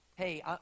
hey